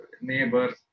neighbors